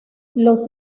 los